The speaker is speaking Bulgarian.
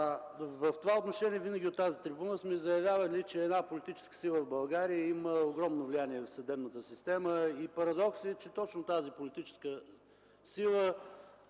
В това отношение от тази трибуна винаги сме заявявали, че една политическа сила в България има огромно влияние върху съдебната система. Парадокс е, че точно тази политическа сила